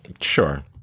Sure